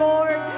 Lord